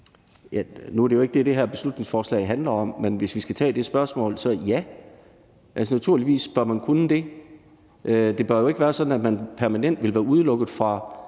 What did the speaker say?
Nu er det jo ikke det, som det her beslutningsforslag handler om, men hvis jeg skal besvare det spørgsmål, så ja, naturligvis bør man kunne det. Det bør jo ikke være sådan, at man permanent vil være udelukket fra